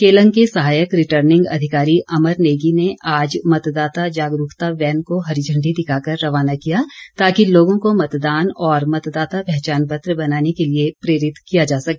केलंग के सहायक रिटर्निंग अधिकारी अमर नेगी ने आज मतदाता जागरूकता वैन को हरी झण्डी दिरवाकर रवाना किया ताकि लोगों को मतदान और मतदाता पहचान पत्र बनाने के लिए प्रेरित किया जा सके